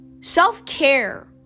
self-care